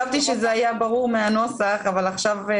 ברור מהנוסח?